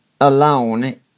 alone